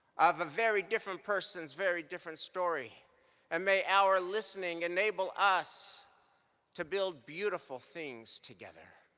of a very different person's very different story and may our listening enable us to build beautiful things together.